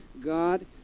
God